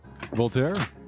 Voltaire